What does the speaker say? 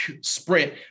sprint